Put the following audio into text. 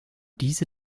diese